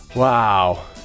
Wow